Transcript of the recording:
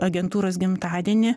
agentūros gimtadienį